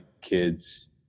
kids